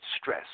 stress